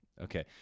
Okay